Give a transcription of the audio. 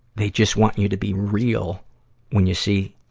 they just want you to be real when you see